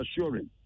assuring